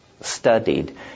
studied